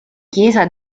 chiesa